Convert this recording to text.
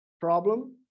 problem